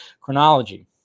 Chronology